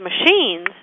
machines